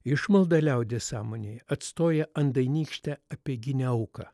išmaldą liaudies sąmonėje atstoja andainykštė apeiginė auka